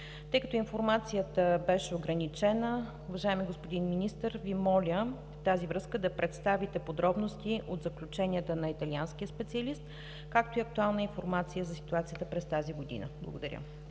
Тъй като информацията беше ограничена, уважаеми господин министър, Ви моля в тази връзка да представите подробности от заключенията на италианския специалист, както и актуална информация за ситуацията през тази година. Благодаря.